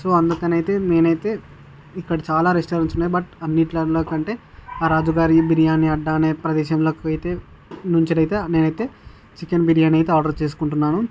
so అందుకనైతే నేనైతే ఇక్కడ చాలా రెస్టారెంట్స్ ఉన్నాయి బట్ అన్నింటిలో కంటే ఆ రాజుగారి బిర్యానీ అడ్డా ప్రదేశంలోకైతే నుంచి అయితే నేనైతే చికెన్ బిర్యానీ అయితే ఆర్డర్ చేసుకుంటున్నాను